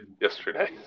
yesterday